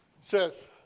says